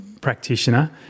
practitioner